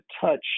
touch